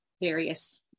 various